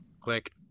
Click